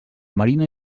marina